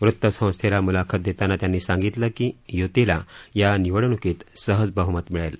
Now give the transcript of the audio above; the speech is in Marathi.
वृतसंस्थेला म्लाखत देताना त्यांनी सांगितलं की य्तीला या निवडण्कीत सहज बहमत मिळेल